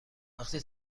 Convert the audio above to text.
وقتی